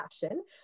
passion